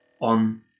on